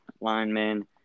lineman